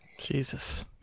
Jesus